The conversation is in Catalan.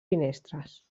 finestres